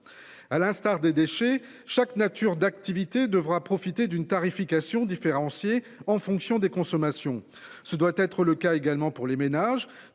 À l'instar des déchets chaque nature d'activité devra profiter d'une tarification différenciée en fonction des consommations. Ce doit être le cas également pour les ménages